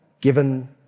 given